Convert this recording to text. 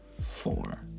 four